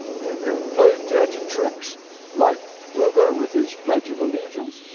you can play dirty tricks like voggr with his pledge of allegiance,